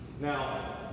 Now